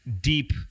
deep